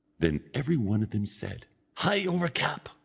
then every one of them said hie over cap!